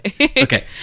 Okay